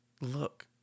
look